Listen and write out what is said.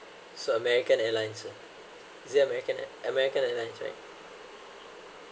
so american airlines ah is it american air~ american airlines right